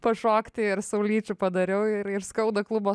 pašokti ir saulyčių padariau ir ir skauda klubo